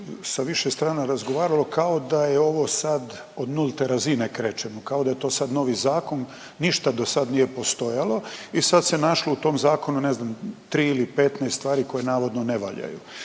sa više strana razgovaralo kao da je ovo sad od nulte razine krećemo, kao da je to sad novi zakon, ništa do sad nije postojalo i sad se našlo u tom zakonu ne znam tri ili 15 stvari koje navodno ne valjaju.